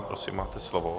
Prosím, máte slovo.